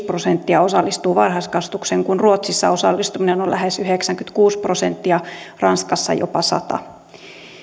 prosenttia osallistuu varhaiskasvatukseen kun ruotsissa osallistuminen on on lähes yhdeksänkymmentäkuusi prosenttia ranskassa jopa sadannen